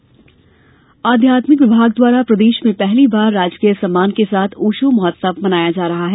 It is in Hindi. जबलपुर ओशो महोत्सव आध्यात्मिक विभाग द्वारा प्रदेश में पहली बार राजकीय सम्मान के साथ ओशो महोत्सव मनाया जा रहा है